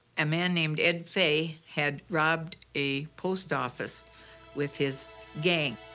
a man named ed fay had robbed a post office with his gang.